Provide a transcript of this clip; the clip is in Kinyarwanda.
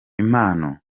impano